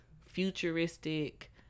futuristic